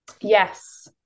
yes